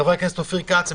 חבר הכנסת אופיר כץ,